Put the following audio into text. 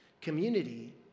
Community